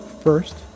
First